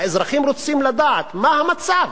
האזרחים רוצים לדעת מה המצב.